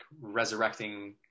resurrecting